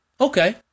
Okay